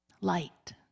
light